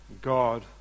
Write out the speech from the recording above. God